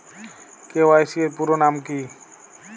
KYC এর পুরোনাম কী?